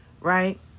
right